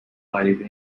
غریبه